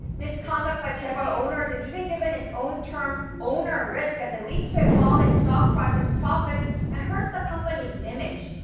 misconduct by chaebol owners is even given its own term owner risk as it leads to a fall in stock prices, profits and hurts the company's image.